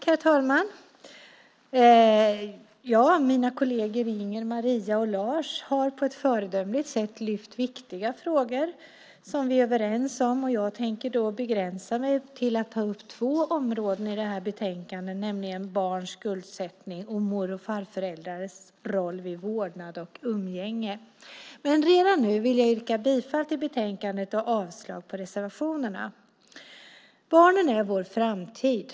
Herr talman! Mina kolleger Inger, Maria och Lars har på ett föredömligt sätt tagit upp viktiga frågor där vi är överens. Jag tänkte begränsa mig till att ta upp två områden i betänkandet, nämligen barns skuldsättning och mor och farföräldrars roll vid vårdnad och umgänge. Redan nu vill jag yrka bifall till utskottets förslag i betänkandet och avslag på reservationerna. Barnen är vår framtid.